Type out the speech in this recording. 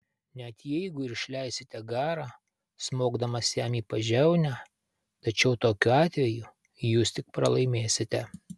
net jeigu ir išleisite garą smogdamas jam į pažiaunę tačiau tokiu atveju jūs tik pralaimėsite